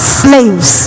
slaves